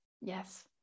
yes